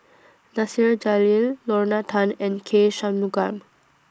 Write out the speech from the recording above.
Nasir Jalil Lorna Tan and K Shanmugam